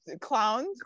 clowns